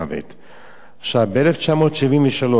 ב-1973 ירדן חוקקה